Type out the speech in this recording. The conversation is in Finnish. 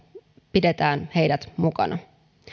pidetään aina mukana